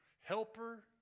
helper